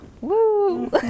Woo